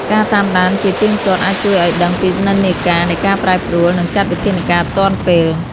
ការតាមដានជាទៀងទាត់អាចជួយឱ្យដឹងពីនិន្នាការនៃការប្រែប្រួល និងចាត់វិធានការទាន់ពេល។